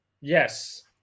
Yes